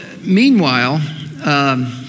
meanwhile